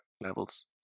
levels